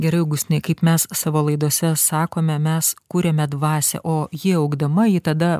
gerai augustinai kaip mes savo laidose sakome mes kuriame dvasią o ji augdama ji tada